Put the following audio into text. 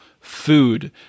food